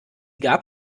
gab